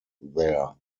there